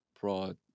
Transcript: broad